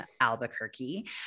Albuquerque